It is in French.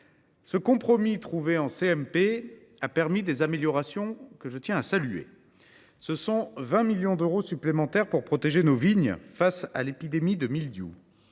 Le compromis trouvé en CMP a permis des améliorations que je tiens à saluer. Ce sont 20 millions d’euros supplémentaires pour protéger nos vignes face à l’épidémie de mildiou.